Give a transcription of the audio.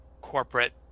corporate